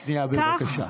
שנייה, בבקשה.